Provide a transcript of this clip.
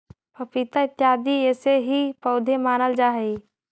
पपीता इत्यादि ऐसे ही पौधे मानल जा हई